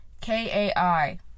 K-A-I